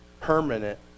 permanent